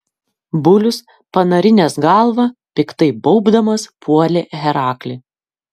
bulius panarinęs galvą piktai baubdamas puolė heraklį